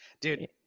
dude